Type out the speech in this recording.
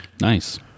Nice